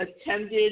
attended